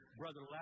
brother